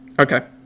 Okay